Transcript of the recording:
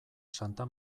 santa